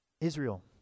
Israel